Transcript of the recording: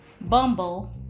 bumble